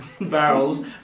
barrels